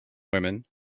women